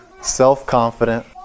self-confident